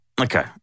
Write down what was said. Okay